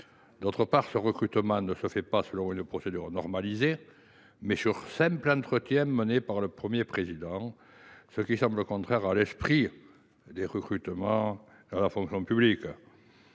D’autre part, ce recrutement se fait non pas selon une procédure normalisée, mais sur simple entretien mené par le Premier président, ce qui semble contraire à l’esprit des recrutements dans la fonction publique.